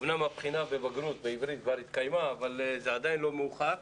אמנם הבחינה בבגרות בעברית כבר התקיימה אבל זה עדיין לא מאוחר.